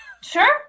Sure